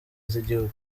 z’igihugu